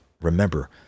remember